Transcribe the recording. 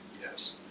Yes